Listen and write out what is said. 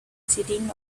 sitting